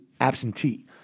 absentee